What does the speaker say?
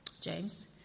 James